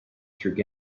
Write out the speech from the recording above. through